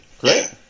Great